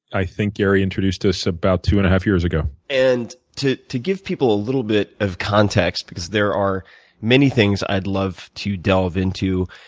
i think gary introduced us about two and a half years ago. and to to give people a little bit of context because there are many things i'd love to delve into,